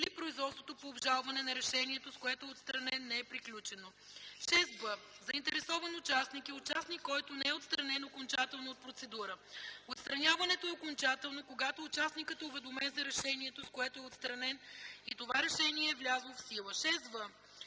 или производството по обжалване на решението, с което е отстранен, не е приключено. 6б. „Заинтересован участник” е участник, който не е отстранен окончателно от процедура. Отстраняването е окончателно, когато участникът е уведомен за решението, с което е отстранен, и това решение е влязло в сила. 6в.